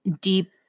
deep